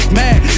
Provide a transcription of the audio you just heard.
mad